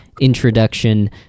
introduction